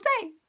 day